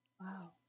Wow